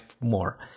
more